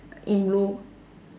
in blue